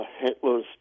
Hitler's